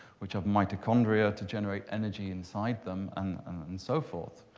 which have mitochondria to generate energy inside them and um and so forth.